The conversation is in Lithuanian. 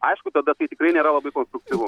aišku tada kai tikrai nėra labai konstruktyvu